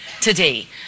today